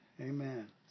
Amen